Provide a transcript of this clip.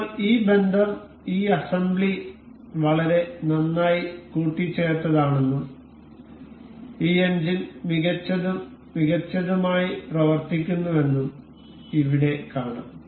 ഇപ്പോൾ ഈ ബന്ധം ഈ അസംബ്ലി വളരെ നന്നായി കൂട്ടിച്ചേർത്തതാണെന്നും ഈ എഞ്ചിൻ മികച്ചതും മികച്ചതുമായി പ്രവർത്തിക്കുന്നുവെന്നും ഇവിടെ കാണാം